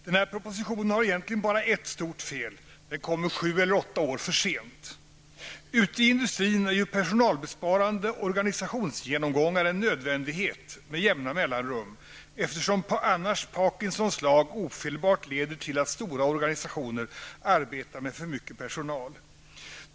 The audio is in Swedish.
Herr talman! Denna proposition har egentligen ett stort fel: den kommer sju eller åtta år för sent. Ute i industrin är ju personalbesparande organisationsgenomgångar en nödvändighet med jämna mellanrum. Parkinssons lag leder annars ofelbart till att stora organisationer arbetar med för mycket personal.